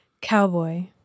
cowboy